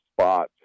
spot